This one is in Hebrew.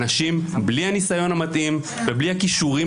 אנשים בלי הניסיון המתאים ובלי הכישורים